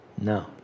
No